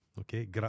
Okay